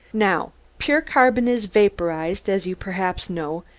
now, pure carbon is vaporized, as you perhaps know,